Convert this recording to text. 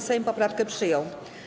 Sejm poprawkę przyjął.